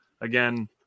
again